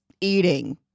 eating